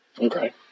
Okay